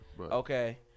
Okay